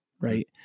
right